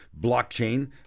blockchain